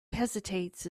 hesitates